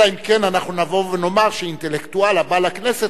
אלא אם כן אנחנו נבוא ונאמר שאינטלקטואל הבא לכנסת